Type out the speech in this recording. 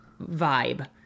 vibe